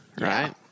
right